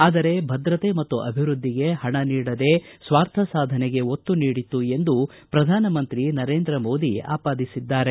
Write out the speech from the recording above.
ಆದರೆ ಭದ್ರತೆ ಮತ್ತು ಅಭಿವೃದ್ದಿಗೆ ಹಣ ನೀಡದೇ ಸ್ವಾರ್ಥ ಸಾಧನೆಗೆ ಒತ್ತು ನೀಡಿತು ಎಂದು ಪ್ರಧಾನಮಂತ್ರಿ ನರೇಂದ್ರ ಮೋದಿ ಆರೋಪಿಸಿದ್ದಾರೆ